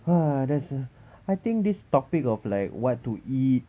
!huh! that's a I think this topic of like what to eat